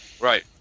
Right